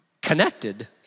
connected